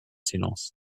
silence